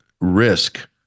risk